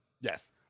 Yes